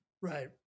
right